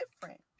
different